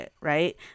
right